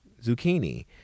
zucchini